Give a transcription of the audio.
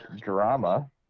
drama